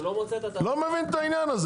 אני לא מבין את העניין הזה.